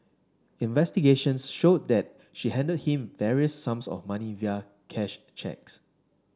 investigations showed that she handed to him various sums of money via cash cheques